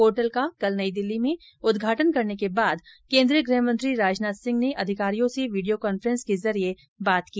portal का कल नई दिल्ली में उदघाटन करने के बाद केन्द्रीय गृहमंत्री राजनाथ सिंह ने अधिकारियों से वीडियो कांफ्रेन्स के जरिये बात की